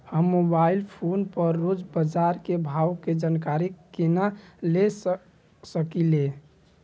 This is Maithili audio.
हम मोबाइल फोन पर रोज बाजार के भाव के जानकारी केना ले सकलिये?